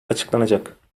açıklanacak